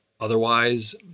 Otherwise